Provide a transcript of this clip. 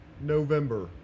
November